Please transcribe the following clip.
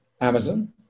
Amazon